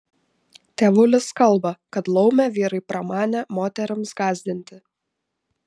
tėvulis kalba kad laumę vyrai pramanė moterims gąsdinti